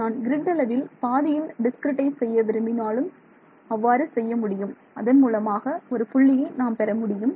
நான் கிரிட் அளவில் பாதியில் டிஸ்கிரிட்டைஸ் செய்ய விரும்பினாலும் அவ்வாறு செய்ய முடியும் அதன் மூலமாக ஒரு புள்ளியை நாம் பெற முடியும்